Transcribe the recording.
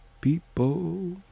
people